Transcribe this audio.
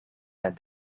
naar